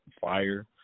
fire